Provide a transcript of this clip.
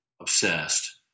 obsessed